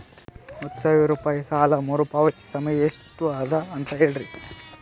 ಹತ್ತು ಸಾವಿರ ರೂಪಾಯಿ ಸಾಲ ಮರುಪಾವತಿ ಸಮಯ ಎಷ್ಟ ಅದ ಅಂತ ಹೇಳರಿ?